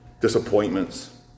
Disappointments